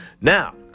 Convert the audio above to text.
Now